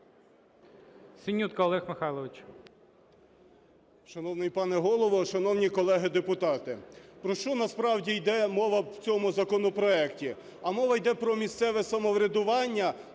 Синютка Олег Михайлович.